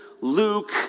Luke